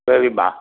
சரிம்மா